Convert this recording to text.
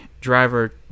driver